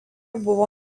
buvo